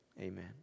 amen